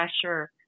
pressure